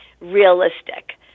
realistic